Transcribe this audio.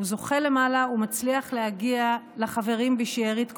הוא זוחל למעלה ומצליח להגיע לחברים בשארית כוחותיו.